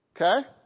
Okay